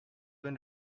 been